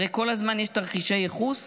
הרי כל הזמן יש תרחישי ייחוס,